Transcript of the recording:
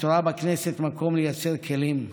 את רואה בכנסת מקום לייצר כלים.